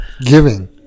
giving